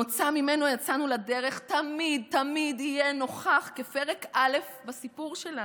המוצא שממנו יצאנו לדרך תמיד תמיד יהיה נוכח כפרק א' בסיפור שלנו.